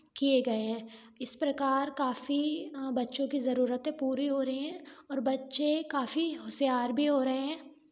किए गए हैं इस प्रकार काफी अ बच्चों की ज़रूरतें पूरी हो रही हैं और बच्चे काफी होशियार भी हो रहे हैं